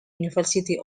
university